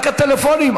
רק הטלפונים,